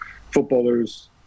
footballers